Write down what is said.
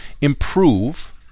improve